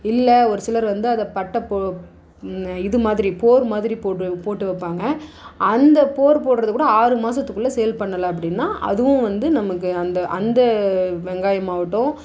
இல்லை ஒரு சிலர் வந்து அதை பட்ட இது மாதிரி போர் மாதிரி போட்டு வைப்பாங்க அந்த போர் போடுறது கூட ஆறு மாதத்துக்குள்ள சேல் பண்ணலை அப்படினா அதுவும் வந்து நமக்கு அந்த அந்த வெங்காயம் ஆகட்டும்